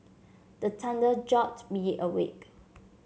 the thunder jolt me awake